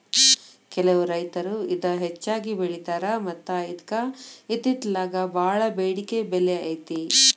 ಕೆಲವು ರೈತರು ಇದ ಹೆಚ್ಚಾಗಿ ಬೆಳಿತಾರ ಮತ್ತ ಇದ್ಕ ಇತ್ತಿತ್ತಲಾಗ ಬಾಳ ಬೆಡಿಕೆ ಬೆಲೆ ಐತಿ